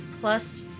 plus